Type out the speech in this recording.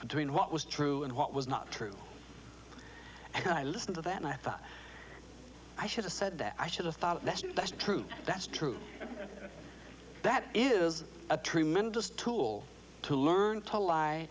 between what was true and what was not true and i listen to that and i thought i should have said that i should have thought that's true that's true that is a tremendous tool to learn to li